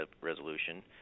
resolution